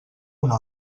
una